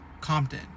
Compton